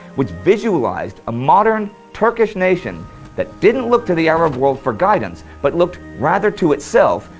which visualized a modern turkish nation that didn't look to the arab world for guidance, but looked rather to itself,